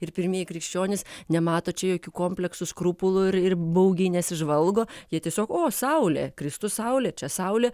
ir pirmieji krikščionys nemato čia jokių kompleksų skrupulų ir ir baugiai nesižvalgo jie tiesiog o saulė kristus saulė čia saulė